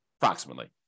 approximately